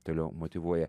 toliau motyvuoja